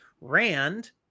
Rand